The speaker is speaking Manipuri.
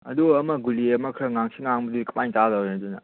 ꯑꯗꯨ ꯑꯃ ꯒꯨꯂꯤ ꯑꯃ ꯈꯔ ꯉꯥꯡꯁꯪ ꯉꯥꯡꯕꯗꯨꯗꯤ ꯀꯃꯥꯏꯅ ꯆꯥꯗꯣꯏꯔꯥ ꯑꯗꯨꯅ